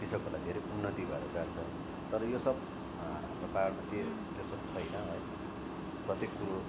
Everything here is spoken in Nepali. कृषकहरूलाई धेरै उन्नति भएर जान्छ तर यो सब हाम्रो पाहाडमा त्यो त्यो सब छैन है प्रत्येक कुरो